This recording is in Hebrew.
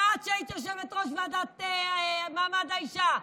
ואת, שהיית יושבת-ראש הוועדה לקידום מעמד האישה,